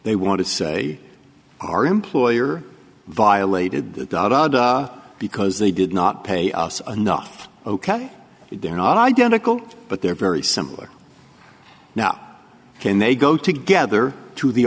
they want to say our employer violated the dod because they did not pay us anough ok they're not identical but they're very similar now can they go together to the